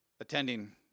attending